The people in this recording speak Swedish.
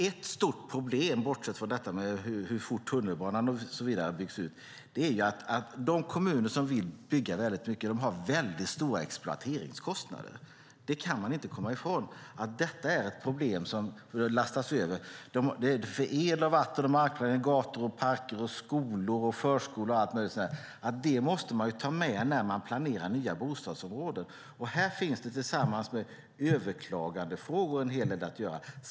Ett stort problem, bortsett från hur fort tunnelbanan byggs ut, är att de kommuner som vill bygga mycket har stora exploateringskostnader. Det går inte att komma ifrån att det är ett problem som lastas över dem. Det är kostnader för el, vatten, mark, gator, parker, skolor och förskolor. De kostnaderna måste tas med när nya bostadsområden planeras. Här finns tillsammans med överklagandefrågor en hel del att göra.